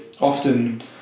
often